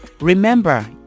Remember